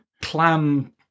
clam